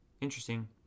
interesting